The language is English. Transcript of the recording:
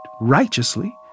righteously